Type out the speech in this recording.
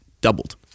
doubled